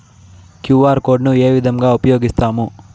QR code ను ఏ విధంగా ఉపయగిస్తాము?